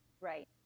right